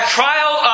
trial